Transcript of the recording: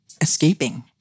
escaping